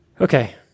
Okay